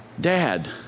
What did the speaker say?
dad